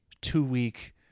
two-week